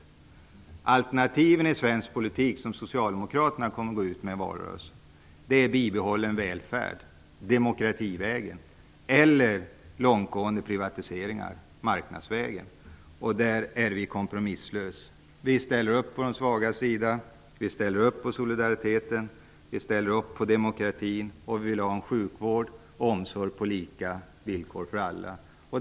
De alternativ i svensk politik som socialdemokraterna kommer att framhålla i valrörelsen är bibehållen välfärd -- demokrativägen -- eller långtgående privatiseringar -- marknadsvägen --, och i det sammanhanget är vi kompromisslösa. Vi ställer upp på de svagas sida, på solidariteten och demokratin, och vi vill ha en omsorg på lika villkor för alla.